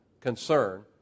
concern